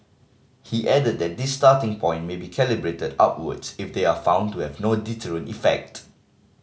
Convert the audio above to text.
he added that this starting point may be calibrated upwards if they are found to have no deterrent effect